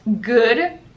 good